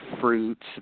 fruits